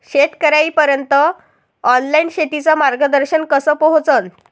शेतकर्याइपर्यंत ऑनलाईन शेतीचं मार्गदर्शन कस पोहोचन?